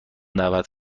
دعوت